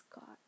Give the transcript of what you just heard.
God